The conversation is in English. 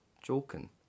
joking